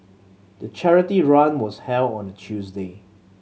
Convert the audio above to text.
the charity run was held on a Tuesday